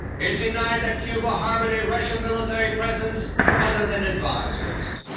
it denied that cuba harbored a russian military presence other than advisers.